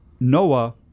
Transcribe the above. Noah